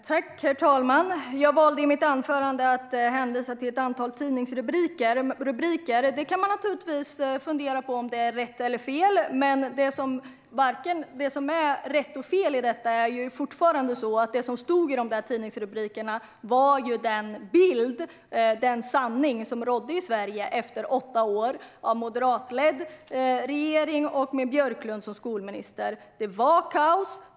Herr talman! Jag valde att i mitt anförande hänvisa till ett antal tidningsrubriker. Man kan naturligtvis fundera på om det är rätt eller fel. Det som är rätt och fel i detta är fortfarande att det som stod i tidningsrubrikerna var den bild, den sanning, som rådde i Sverige efter åtta år med en moderatledd regering och Björklund som skolminister. Det var kaos.